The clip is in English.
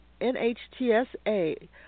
NHTSA